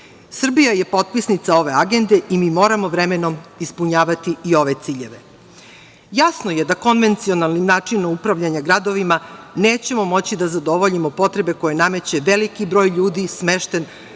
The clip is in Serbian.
Srbija je potpisnica ove agende i mi moramo vremenom ispunjavati i ove ciljeve. Jasno je da konvencijalni način upravljanja gradovima nećemo moći da zadovoljimo potrebe koje nameće veliki broj ljudi smešten